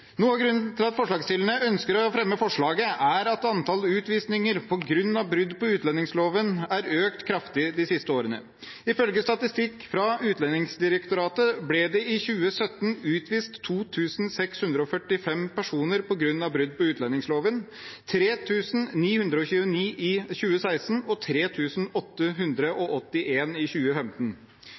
er at antall utvisninger på grunn av brudd på utlendingsloven har økt kraftig de siste årene. Ifølge statistikk fra Utlendingsdirektoratet ble det i 2017 utvist 2 645 personer på grunn av brudd på utlendingsloven, 3 929 i 2016 og 3 881 i 2015. Til sammen lå antallet på under 1 000 per år fram til 2008 og